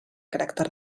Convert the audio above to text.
caràcter